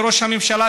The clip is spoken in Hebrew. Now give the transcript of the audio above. לראש הממשלה,